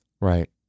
Right